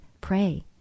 pray